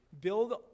build